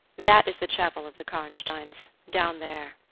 that is the chapel of the karnsteins, down there.